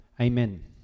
Amen